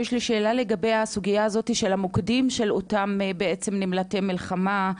יש לי שאלה לגבי הסוגייה הזאת של המוקדים של אותם נמלטי מלחמה.